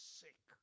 sick